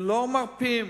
לא מרפים.